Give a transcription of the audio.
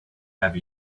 have